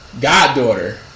goddaughter